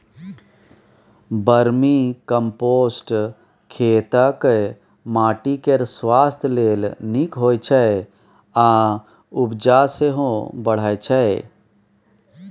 vermicompost खेतक माटि केर स्वास्थ्य लेल नीक होइ छै आ उपजा सेहो बढ़य छै